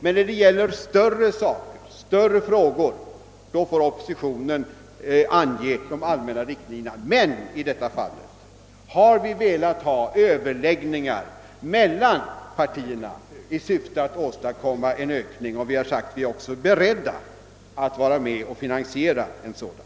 Men när det gäller större frågor får op positionen ange de allmänna riktlinjerna. I detta fall har vi velat få till stånd överläggningar mellan partierna i syfte att åstadkomma en anslagsökning, och vi har sagt att vi också är beredda att vara med om att finansiera en sådan.